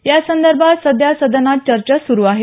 यासंदर्भात सध्या सदनात चर्चा सुरू आहे